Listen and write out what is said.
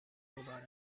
robot